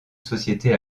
société